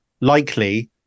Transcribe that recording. likely